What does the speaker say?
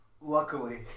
Luckily